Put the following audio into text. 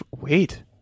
Wait